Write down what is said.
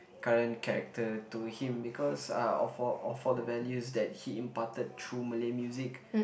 current character to him because uh of all of all the values that he imparted through Malay music